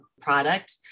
product